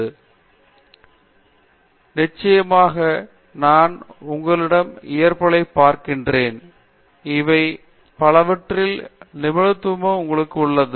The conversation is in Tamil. பேராசிரியர் பிரதாப் ஹரிடாஸ் சரி நிச்சயமாக நான் உங்களிடம் இயற்பியலைப் பார்க்கிறேன் இவை பலவற்றில் நிபுணத்துவம் உங்களுக்கு உள்ளது